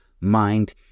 mind